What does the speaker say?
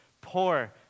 poor